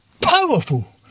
powerful